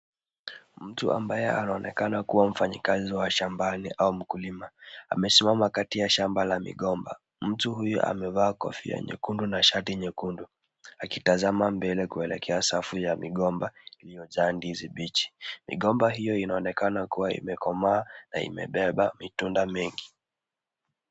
Mtu ambaye anaonekana kuwa mfanyikazi wa shambani au mkulima, amesimama kati ya shamba la migomba. Mtu huyu amevaa kofia nyekundu na shati nyekundu, akitazama mbele kuelekea safu ya migomba iliyojaa ndizi mbichi. Migomba hiyo inaonekana kuwa imekomaa na imebeba matunda mengi.